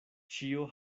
ĉio